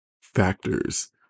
factors